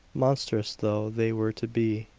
monstrous though they were to be,